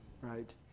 right